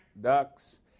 Ducks